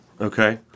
Okay